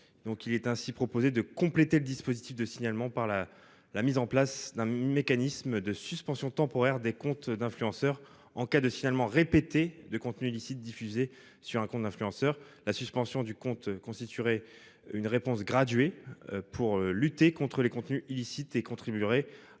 proposons donc de compléter le dispositif de signalement par la mise en place d'un mécanisme de suspension temporaire des comptes d'influenceurs en cas de signalements répétés de contenus illicites diffusés sur ces comptes. La suspension du compte constituerait une réponse graduée pour lutter contre les contenus illicites et contribuerait